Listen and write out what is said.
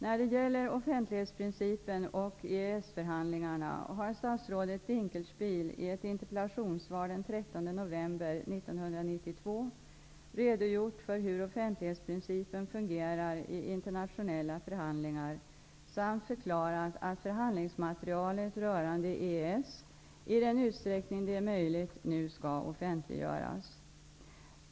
När det gäller offentlighetsprincipen och EES förhandlingarna har statsrådet Dinkelspiel i ett interpellationssvar den 13 november 1992 redogjort för hur offentlighetsprincipen fungerar i internationella förhandlingar samt förklarat att förhandlingsmaterialet rörande EES i den utsträckning det är möjligt nu skall offentliggöras.